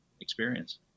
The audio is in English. experience